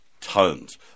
tons